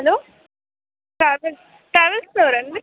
hello travels ಟ್ರಾವೆಲ್ಸ್ದವರೇನ್ರಿ